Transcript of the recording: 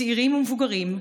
צעירים ומבוגרים,